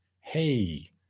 hey